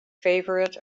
favorite